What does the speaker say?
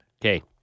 Okay